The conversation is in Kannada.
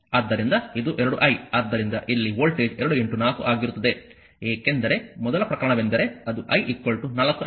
ಆದ್ದರಿಂದ ಇದು 2I ಆದ್ದರಿಂದ ಇಲ್ಲಿ ವೋಲ್ಟೇಜ್ 2 4 ಆಗಿರುತ್ತದೆ ಏಕೆಂದರೆ ಮೊದಲ ಪ್ರಕರಣವೆಂದರೆ ಅದು I 4 ಆಂಪಿಯರ್